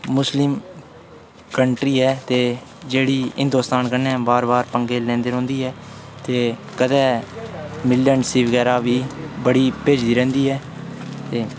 मुसलिम कंट्री ऐ ते जेह्ड़ी हिन्दूस्तान कन्नै बार बार पंगे लैंदी रौंह्दी ऐ ते कदें मिलिटेंसी बगैरा बी भेजदी रौंह्दी है ते